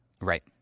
right